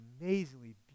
amazingly